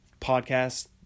podcast